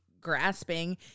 grasping